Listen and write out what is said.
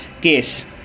case